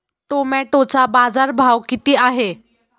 टोमॅटोचा बाजारभाव किती आहे?